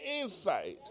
inside